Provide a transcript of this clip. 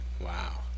Wow